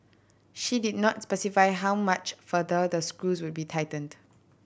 she did not specify how much further the screws would be tightened